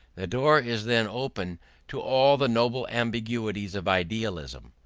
the door is then open to all the noble ambiguities of idealism.